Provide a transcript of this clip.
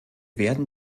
werden